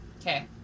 okay